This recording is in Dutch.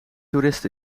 toerist